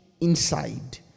inside